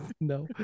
No